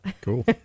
cool